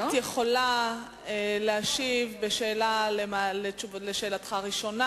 את יכולה להשיב: בתשובה על שאלתך הראשונה